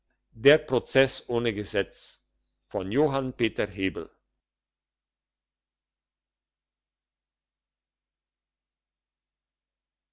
der prozess ohne gesetz nur